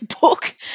book